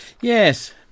Yes